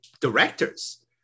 directors